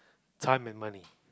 time and money